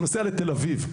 לתל אביב.